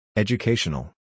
Educational